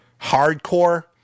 hardcore